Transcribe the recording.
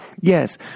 yes